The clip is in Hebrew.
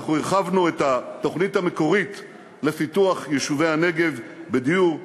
הרחבנו את התוכנית המקורית לפיתוח יישובי הנגב בדיור,